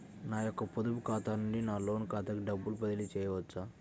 నా యొక్క పొదుపు ఖాతా నుండి నా లోన్ ఖాతాకి డబ్బులు బదిలీ చేయవచ్చా?